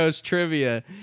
Trivia